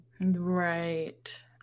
Right